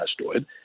asteroid